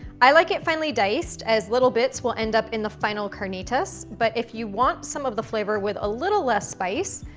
i like it finely diced as little bits will end up in the final carnitas but if you want some of the flavor with a little less spice,